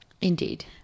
Indeed